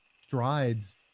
strides